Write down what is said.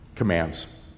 commands